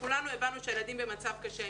כולנו הבנו שהילדים במצב קשה.